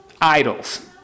idols